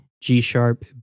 G-sharp